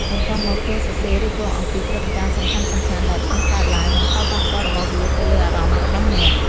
បន្ទាប់មក ចូលសរសេររៀបរាប់អំពីព្រឹត្តិការណ៍សំខាន់ៗដែលបានកើតឡើង និងផលប៉ះពាល់របស់វាទៅលើអារម្មណ៍របស់អ្នក។